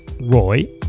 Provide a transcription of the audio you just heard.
Roy